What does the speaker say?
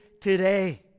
today